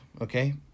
Okay